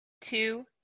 two